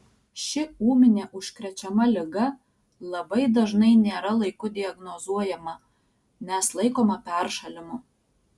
ši ūminė užkrečiama liga labai dažnai nėra laiku diagnozuojama nes laikoma peršalimu